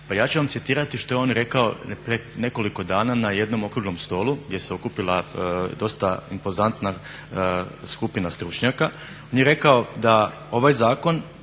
pa ja ću vam citirati što je on rekao pred nekoliko dana na jednom okruglom stolu gdje se okupila dosta impozantna skupina stručnjaka. On je rekao da ovaj